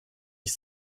ich